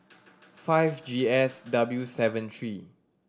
five G S W seven three